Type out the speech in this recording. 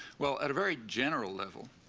well, at a very general level,